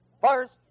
First